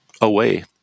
away